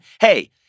Hey